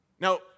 Now